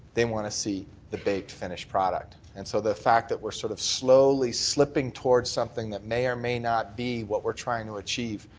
they want to see the baked, finished project. and so the fact that we're sort of slowly slipping towards something that may or may not be what we're trying to achieve,